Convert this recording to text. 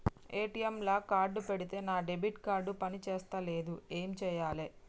ATM లా card పెడితే నా డెబిట్ కార్డ్ పని చేస్తలేదు ఏం చేయాలే?